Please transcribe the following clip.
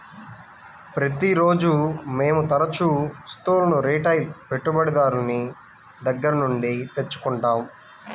ప్రతిరోజూ మేము తరుచూ వస్తువులను రిటైల్ పెట్టుబడిదారుని దగ్గర నుండి తెచ్చుకుంటాం